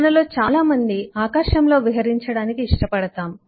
మనలో చాలా మంది ఆకాశంలో విహరించడానికి ఇష్టపడతాము